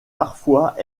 parfois